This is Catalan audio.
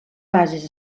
bases